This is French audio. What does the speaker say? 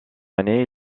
année